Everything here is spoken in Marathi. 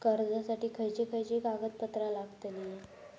कर्जासाठी खयचे खयचे कागदपत्रा लागतली?